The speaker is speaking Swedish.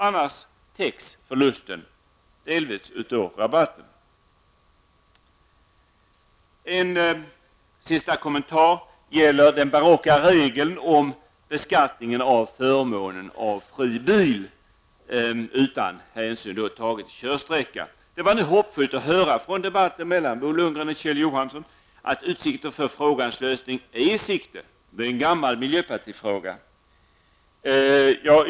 Annars täcks förtjänsten delvis av rabatten Min sista kommentar gäller den barocka regeln om beskattningen av förmånen av fri bil, utan hänsyn tagen till körsträckan. Det var dock hoppfullt att höra -- jag tänker då på debatten som Bo Lundgren och Kjell Johansson hade -- att en lösning är i sikte. Det här är en gammal miljöpartifråga.